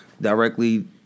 Directly